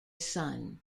son